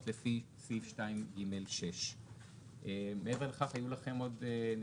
לפי סעיף 2ג6. מעבר לכך היו לכם עוד,